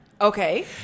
Okay